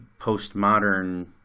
postmodern